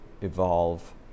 evolve